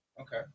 Okay